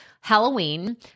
Halloween